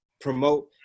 promote